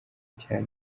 cyane